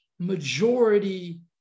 majority